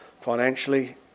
financially